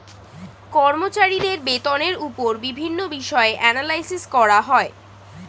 কর্মচারীদের বেতনের উপর বিভিন্ন বিষয়ে অ্যানালাইসিস করা হয়